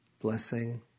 blessing